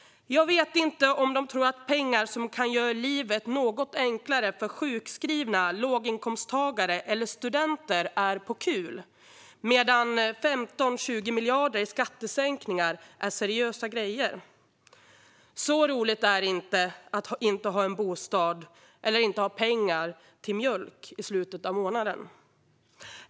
Jag vet inte om de tror att pengar som kan göra livet något enklare för sjukskrivna, låginkomsttagare eller studenter är på kul medan 15-20 miljarder i skattesänkningar är seriösa grejer. Så roligt är det inte att inte ha en egen bostad eller att inte ha pengar till mjölk i slutet av månaden.